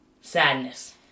sadness